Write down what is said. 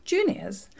Juniors